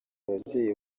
ababyeyi